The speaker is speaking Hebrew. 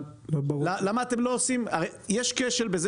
הרי יש כשל.